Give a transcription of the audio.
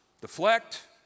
Deflect